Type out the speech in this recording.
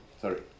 Sorry